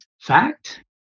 Fact